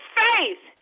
faith